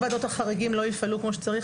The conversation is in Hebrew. אבל אם ועדות החריגים לא יפעלו כמו שצריך,